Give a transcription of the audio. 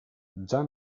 già